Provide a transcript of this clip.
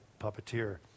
puppeteer